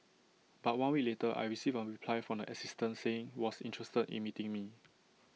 but one week later I received A reply from the assistant saying was interested in meeting me